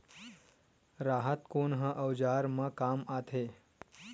राहत कोन ह औजार मा काम आथे?